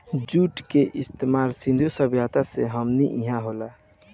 जुट के इस्तमाल सिंधु सभ्यता से हमनी इहा होला